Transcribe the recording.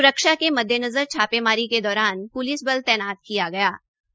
सुरक्षा के मद्देनज़र छापेमारी के दौरान प्लिस बल तैनात किया गा